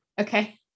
Okay